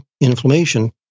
inflammation